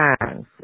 times